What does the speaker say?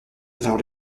vers